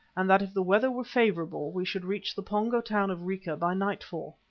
and that if the weather were favourable, we should reach the pongo town of rica by nightfall.